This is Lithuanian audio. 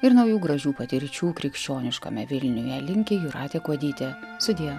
ir naujų gražių patirčių krikščioniškame vilniuje linki jūratė kuodytė sudie